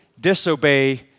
disobey